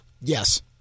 Yes